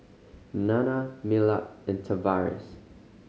Nanna Millard and Tavares